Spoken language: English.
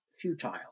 futile